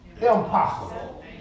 impossible